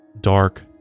dark